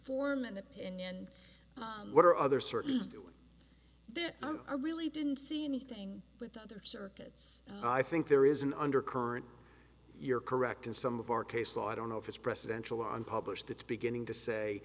form an opinion or other certainly doing there i really didn't see anything with other circuits i think there is an undercurrent you're correct in some of our case law i don't know if it's presidential on published it's beginning to say